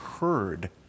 heard